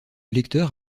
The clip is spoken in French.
lecteur